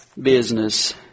business